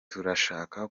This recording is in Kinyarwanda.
turashaka